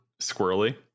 squirrely